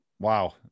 Wow